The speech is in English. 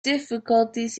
difficulties